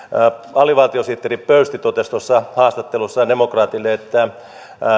alivaltiosihteeri pöysti totesi haastattelussaan demokraatille että